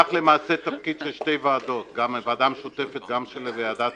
לקח תפקיד של שתי ועדות גם ועדת